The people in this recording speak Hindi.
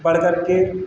बढ़ करके